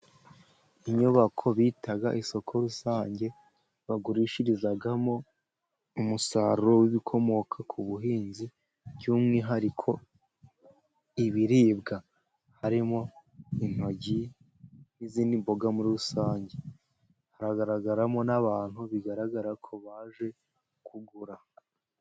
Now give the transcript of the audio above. Inyubako bita isoko rusange, bagurishirizamo umusaruro w'ibikomoka ku buhinzi ,by'umwihariko ibiribwa harimo intoryi n'izindi mboga muri rusange ,hagaragaramo n'abantu bigaragara ko baje kugura.